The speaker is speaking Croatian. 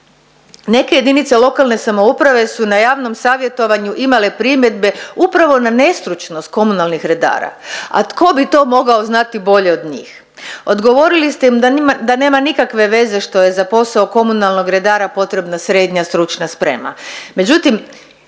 nesnalaženje. Neke JLS su na javnom savjetovanju imale primjedbe upravo na nestručnost komunalnih redara, a tko bi to mogao znati bolje od njih. Odgovorili ste im da nema nikakve veze što je za posao komunalnog redara potrebna srednja stručna sprema,